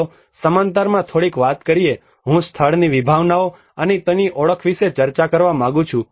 ચાલો સમાંતરમાં થોડીક વાત કરીએ હું સ્થળની વિભાવનાઓ અને તેની ઓળખ વિશે ચર્ચા કરવા માંગુ છું